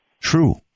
true